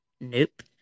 Nope